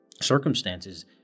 circumstances